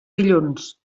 dilluns